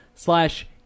Slash